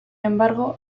embargo